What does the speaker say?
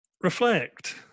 reflect